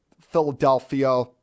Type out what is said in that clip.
Philadelphia